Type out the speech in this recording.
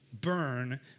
burn